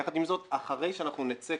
יחד עם זאת, אחרי שאנחנו שנקבל